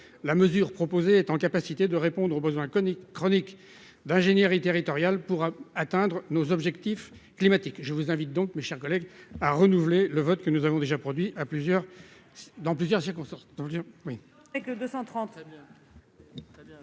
La mesure proposée permet de répondre aux besoins chroniques d'ingénierie territoriale pour atteindre nos objectifs climatiques. Je vous invite donc, mes chers collègues, à renouveler le vote que vous avez déjà émis à de nombreuses reprises.